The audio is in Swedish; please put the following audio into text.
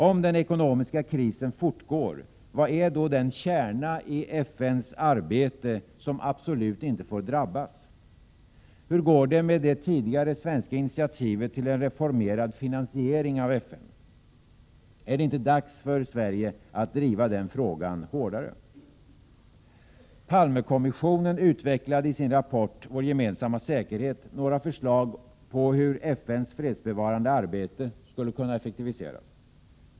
Om den ekonomiska krisen fortgår, vad är då den kärna i FN:s arbete som absolut inte får drabbas? Hur går det med det tidigare svenska initiativet till en reformerad finansiering av FN? Är det inte dags för Sverige att driva den frågan hårdare? Palmekommissionen utvecklade i sin rapport Vår gemensamma säkerhet några förslag på hur FN:s fredsbevarande arbete skulle kunna effektiviseras.